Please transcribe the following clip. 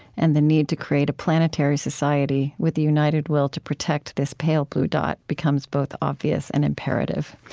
and the need to create a planetary society with the united will to protect this pale blue dot becomes both obvious and imperative.